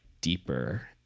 deeper